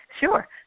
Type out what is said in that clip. Sure